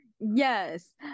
Yes